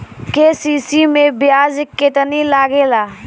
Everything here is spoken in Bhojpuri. के.सी.सी मै ब्याज केतनि लागेला?